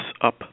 up